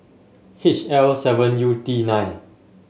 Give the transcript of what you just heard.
H L seven U D nine